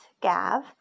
Gav